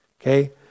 Okay